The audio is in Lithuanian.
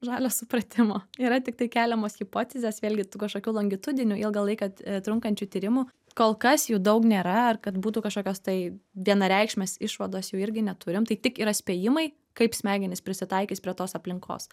žalio supratimo yra tiktai keliamos hipotezės vėlgi tų kažkokių longitudinių ilgą laiką trunkančių tyrimų kol kas jų daug nėra ar kad būtų kažkokios tai vienareikšmės išvados jų irgi neturim tai tik yra spėjimai kaip smegenys prisitaikys prie tos aplinkos